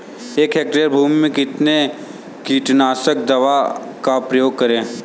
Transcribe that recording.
एक हेक्टेयर भूमि में कितनी कीटनाशक दवा का प्रयोग करें?